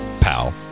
pal